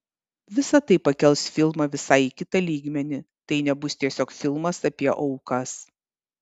visa tai pakels filmą visai į kitą lygmenį tai nebus tiesiog filmas apie aukas